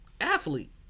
athlete